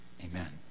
amen